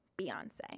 Beyonce